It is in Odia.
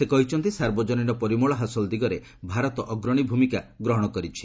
ସେ କହିଛନ୍ତି ସାର୍ବଜନୀନ ପରିମଳ ହାସଲ ଦିଗରେ ଭାରତ ଅଗ୍ରଣୀ ଭୂମିକା ଗ୍ରହଣ କରିଛି